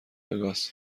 وگاس